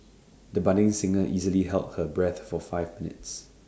the budding singer easily held her breath for five minutes